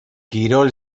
kirol